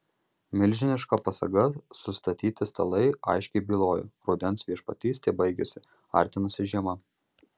milžiniška pasaga sustatyti stalai aiškiai bylojo rudens viešpatystė baigiasi artinasi žiema